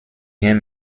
bien